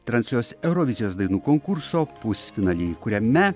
transliuos eurovizijos dainų konkurso pusfinalį kuriame